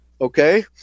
okay